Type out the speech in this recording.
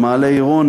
מעלה-עירון,